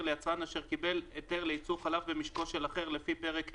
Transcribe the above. ליצרן אשר קיבל היתר לייצור חלב במשקו של אחר לפי פרק ה'"